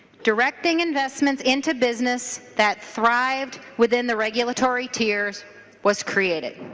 directing investments into business that thrive within the regulatory tears was created.